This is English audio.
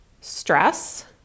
stress